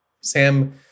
Sam